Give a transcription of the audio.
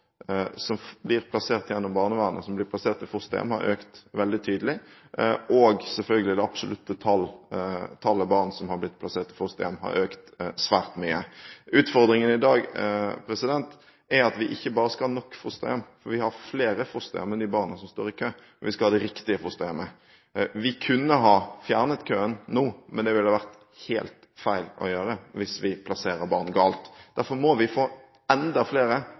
som blir plassert gjennom barnevernet, som blir plassert i fosterhjem, har økt veldig tydelig, og – selvfølgelig – der det absolutte tallet barn som har blitt plassert i fosterhjem, har økt svært mye. Utfordringen i dag er at vi ikke bare skal ha nok fosterhjem, for vi har flere fosterhjem enn de barna som står i kø, men vi skal ha de riktige fosterhjemmene. Vi kunne ha fjernet køen nå, men det ville det vært helt feil å gjøre, hvis vi plasserer barn galt. Derfor må vi få enda flere